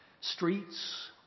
streets